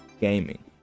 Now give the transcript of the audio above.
gaming